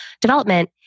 development